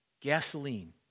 gasoline